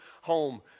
home